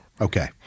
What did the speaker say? Okay